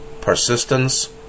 persistence